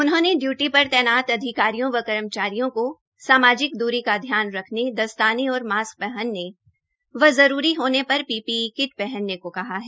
उन्होंने डयूटी पर तैनात अधिकारियों व कर्मचारियों को सामाजिक दूरी का ध्यान रखने दसताने और मास्क पहनने व जरूरी होने पर पीपीई किट पहनने को कहा है